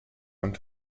und